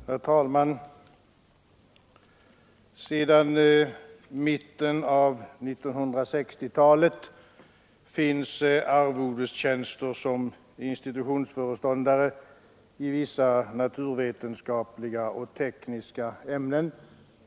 210 EIA Herr talman! Sedan mitten av 1960-talet finns arvodestjänster som Institutionsföreståninstitutionsföreståndare i vissa naturvetenskapliga och tekniska ämnen